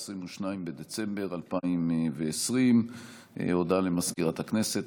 22 בדצמבר 2020. הודעה למזכירת הכנסת.